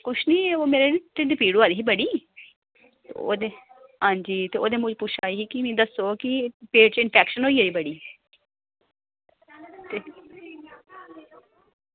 कुछ निं ओह् ढिड्ड पीड़ होआ दी ही मेरी ओह् मिगी पुच्छा दी ही क् मिगी दस्सो क् पेट च इंफेक्शन होई गेदी बड़ी